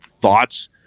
thoughts